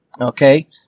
Okay